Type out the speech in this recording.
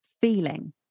feeling